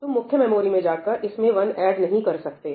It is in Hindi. तुम मुख्य मेमोरी में जाकर इसमें वन ऐड नहीं कर सकते